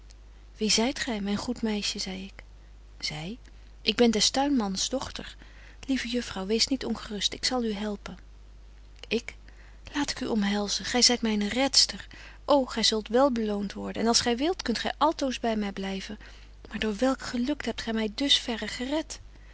wie zyt gy myn goed meisje zei ik zy ik ben des tuinmans dochter lieve juffrouw wees niet ongerust ik zal u helpen ik laat ik u omhelzen gy zyt myne redster o gy zult wel beloont worden en als gy wilt kunt gy altoos by my blyven maar door welk geluk hebt gy my dus verre geret